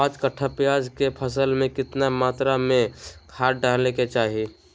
पांच कट्ठा प्याज के फसल में कितना मात्रा में खाद डाले के चाही?